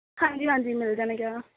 ਹਾਂਜੀ ਹਾਂਜੀ ਮਿਲ ਜਾਣਗੀਆਂ